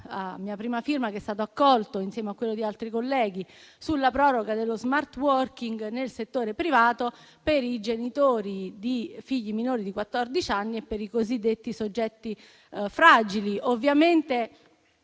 a mia prima firma, che è stato accolto insieme a quello di altri colleghi, sulla proroga dello *smart working* nel settore privato per i genitori di figli minori di quattordici anni e per i cosiddetti soggetti fragili. Siamo